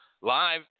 live